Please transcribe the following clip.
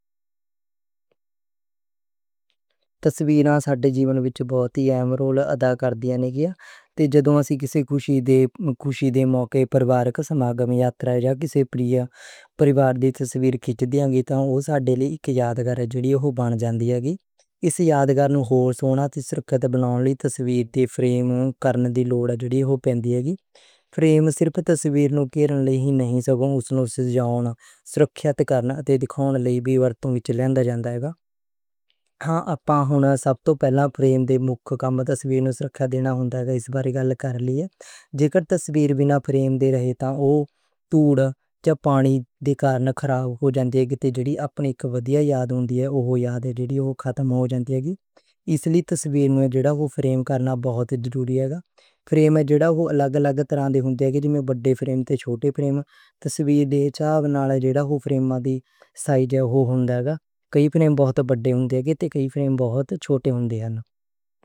تصویراں ساڈے جیون وچ بہت اہم رول ادا کردیئاں نے۔ تے جدوں اسی کسے خوشی دے موقعے، پروارک سماگم یا تندا ہون نال، کسے پریوار دی تصویر کھچدیواں گی تے اوہ ساڈے لئی اک یادگار ہوندی اے جو ہک بن جاندی اے۔ اس یادگار نوں ہور سونا تے سرکشت بناؤندے لئی تصویر دے فریم کرن دی لوڑ ہوندی اے جو ہک بن جاندی اے۔ فریم صرف تصویر نوں کیرنے لئی نہیں، سگوں اس نوں سرکشت کرنے تے دِکھانے لئی وی ورتوں وچ چلدا جاندا اے۔ اپاں ہون سب توں پہلاں فریم دا مکھ کام تصویر نوں سرکشت دینا ہوندا اے۔ جے کر تصویر بِنا فریم دے رہے تاں اوہ ٹُٹ جا، پانی دے کارن خراب ہو جاندی اے۔ اپنی اک ودھیا یاد ہوندی اے، یاد اوہ ختم ہو جاندی اے۔ ایس لئی تصویر نوں فریم کرنا بہت ضروری اے۔ فریم جداں الگ الگ طرح دے ہوندے ہن۔ جیڑے بڑے فریم تے چھوٹے فریم تصویر دے چاؤ نال، جیڑا فریم دا سائز اوہو ہووے گا۔ کئی فریم بہت بڑے ہوندے نے تے کئی فریم بہت چھوٹے ہوندے نے۔